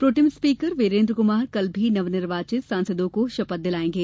pro tem speaker Virendra Kumar कल भी नवनिर्वाचित सांसदों को शपथ दिलाएंगे